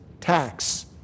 Tax